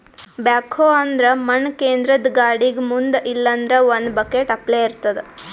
backhoe ಅಂದ್ರ ಮಣ್ಣ್ ಕೇದ್ರದ್ದ್ ಗಾಡಿಗ್ ಮುಂದ್ ಇಲ್ಲಂದ್ರ ಒಂದ್ ಬಕೆಟ್ ಅಪ್ಲೆ ಇರ್ತದ್